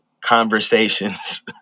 conversations